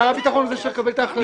שר הביטחון הוא זה שמקבל את ההחלטה.